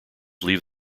leave